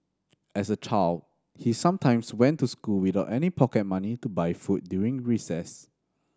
as a child he sometimes went to school without any pocket money to buy food during recess